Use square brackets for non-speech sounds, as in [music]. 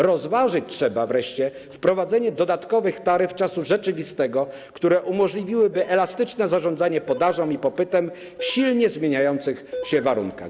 Rozważyć trzeba wreszcie wprowadzenie dodatkowych taryf czasu rzeczywistego, które umożliwiłyby [noise] elastyczne zarządzanie podażą i popytem w silnie zmieniających się warunkach.